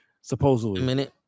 Supposedly